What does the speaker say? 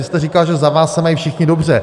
Vy jste říkal, že za vás se mají všichni dobře.